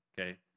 okay